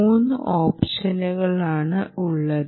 3 ഓപ്ഷനുകളാണ് ഉള്ളത്